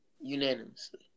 unanimously